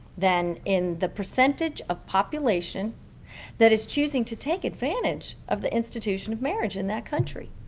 then, in the percentage of population that is choosing to take advantage of the institution of marriage in that country?